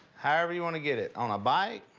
however you want to get it. on a bike,